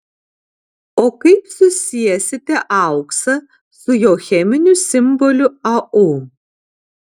o kaip susiesite auksą su jo cheminiu simboliu au